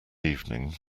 evening